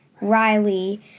Riley